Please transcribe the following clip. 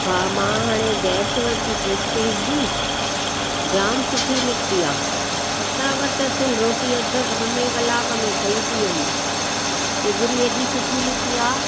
हा मां हाणे गैस वरिती प्रेस्टिज़ जी जाम सुठी निकिती आहे फटाफट रोटी अधु मुञे कलाक में ठहीं थी वञे सिगिड़ी हेॾी सुठी निकिती आहे